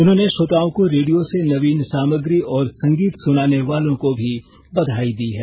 उन्होंने श्रोताओं को रेडियो से नवीन सामग्री और संगीत सुनाने वालों को भी बधाई दी है